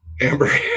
Amber